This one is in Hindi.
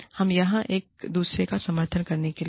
हम यहां एक दूसरे का समर्थन करने के लिए हैं